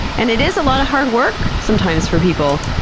and it is a lot of hard work sometimes for people.